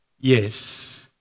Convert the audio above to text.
Yes